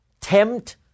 tempt